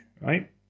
right